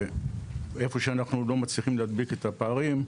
במקום שאנחנו לא מצליחים להדביק את הפערים,